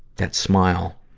that smile.